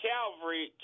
Calvary